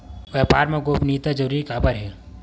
व्यापार मा गोपनीयता जरूरी काबर हे?